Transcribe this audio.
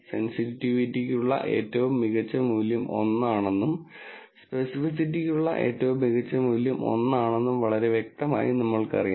സെൻസിറ്റിവിറ്റിക്കുള്ള ഏറ്റവും മികച്ച മൂല്യം 1 ആണെന്നും സ്പെസിഫിറ്റിക്കുള്ള ഏറ്റവും മികച്ച മൂല്യം 1 ആണെന്നും വളരെ വ്യക്തമായി നമ്മൾക്കറിയാം